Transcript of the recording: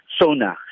Sona